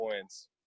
points